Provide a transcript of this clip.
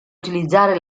utilizzare